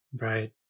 Right